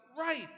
right